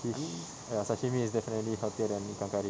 fish ya sashimi is definitely healthier than ikan kari